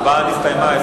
ההצבעה הסתיימה.